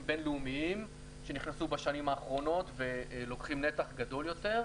בין-לאומיים שנכנסו בשנים האחרונות ולוקחים ניתח גדול יותר.